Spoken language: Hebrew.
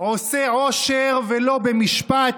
עשה עושר ולא במשפט,